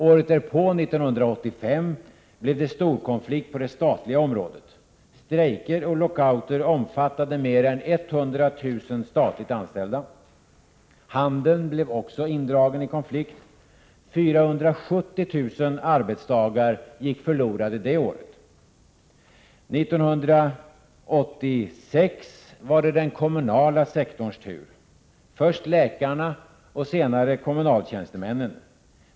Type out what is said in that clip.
Året därpå, 1985, blev det storkonflikt på det statliga området. Strejker och lockouter omfattade mer än 100 000 statligt anställda. Handeln blev också indragen i konflikt. 470 000 arbetsdagar gick förlorade det året. År 1986 var det den kommunala sektorns tur. Först läkarna och senare kommunaltjänstemännen.